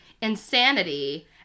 insanity